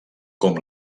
com